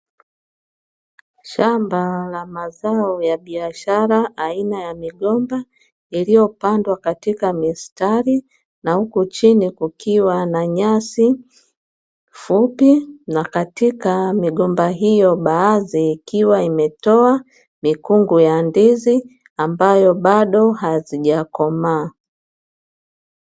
Shamba la mazao ya biashara aina ya migomba iliyopandwa katika mistari na huku chini kukiwa na nyasi fupi na katika migomba hiyo baadhi ikiwa imetoa mikungu ya ndizi ambayo bado hazijakomaa.